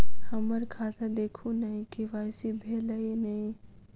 हम्मर खाता देखू नै के.वाई.सी भेल अई नै?